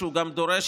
שהוא גם דורש,